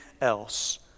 else